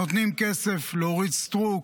נותנים כסף לאורית סטרוק,